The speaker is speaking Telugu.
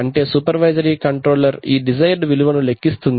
అంటే సూపర్వైజరీ కంట్రోలర్ ఈ డిజైర్డ్ విలువను లెక్కిస్తుంది